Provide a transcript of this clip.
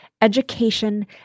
education